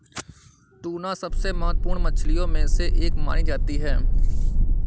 tuna सबसे महत्त्वपूर्ण मछलियों में से एक मानी जाती है